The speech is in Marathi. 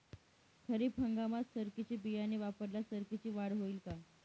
खरीप हंगामात सरकीचे बियाणे वापरल्यास सरकीची वाढ होईल का?